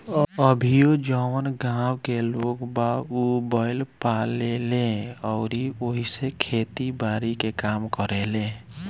अभीओ जवन गाँव के लोग बा उ बैंल पाले ले अउरी ओइसे खेती बारी के काम करेलें